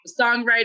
songwriter